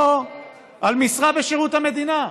או על משרה בשירות המדינה.